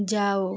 जाओ